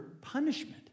punishment